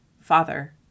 Father